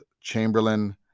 Chamberlain